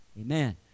Amen